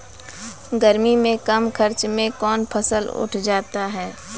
गर्मी मे कम खर्च मे कौन फसल उठ जाते हैं?